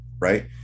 right